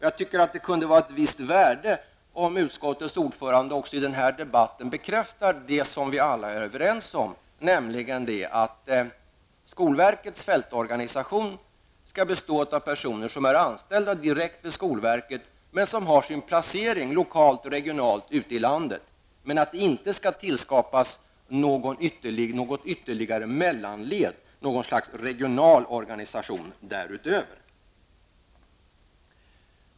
Jag tycker att det kunde vara av visst värde om utskottets ordförande i den här debatten ville bekräfta det som vi alla är överens om, nämligen att skolverkets fältorganisation skall bestå av personer som är anställda direkt vid skolverket men som har sin placering lokalt eller regionalt ute i landet. Det skall dock inte tillskapas något ytterligare mellanled, något slags regional organisation därutöver.